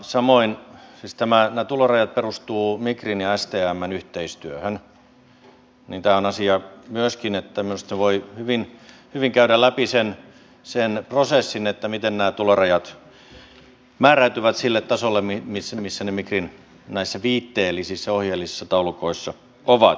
samoin nämä tulorajat ne perustuvat migrin ja stmn yhteistyöhön ovat myöskin sellainen asia että minusta voi hyvin käydä läpi sen prosessin miten nämä tulorajat määräytyvät sille tasolle missä ne migrin näissä viitteellisissä ohjeellisissa taulukoissa ovat